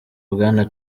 bwana